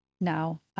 now